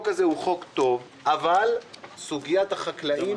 זאת אומרת שנתיים וחצי ממועד תחילת החוק,